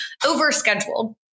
overscheduled